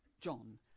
John